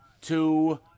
two